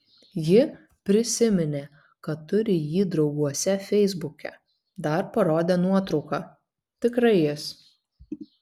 ji prisiminė kad turi jį drauguose feisbuke dar parodė nuotrauką tikrai jis